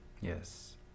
yes